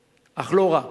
אך לא רק.